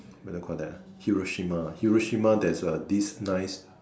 what do you call that Hiroshima Hiroshima there is a this nice